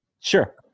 Sure